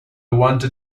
wanted